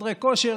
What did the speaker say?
וחדרי הכושר,